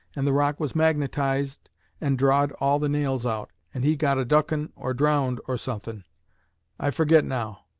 and the rock was magnetized and drawed all the nails out, and he got a duckin' or drowned or suthin' i forget now.